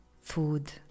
food